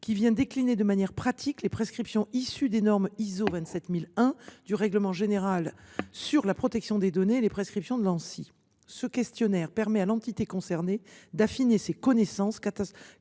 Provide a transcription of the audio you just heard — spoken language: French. qui décline de manière pratique les prescriptions issues de la norme ISO 27001 et du règlement général sur la protection des données, ainsi que les prescriptions de l’Anssi. Ce questionnaire permet à l’entité concernée d’affiner ses connaissances quant